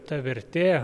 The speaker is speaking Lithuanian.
ta vertė